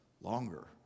longer